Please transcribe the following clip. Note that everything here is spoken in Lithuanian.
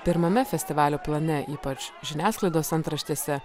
pirmame festivalio plane ypač žiniasklaidos antraštėse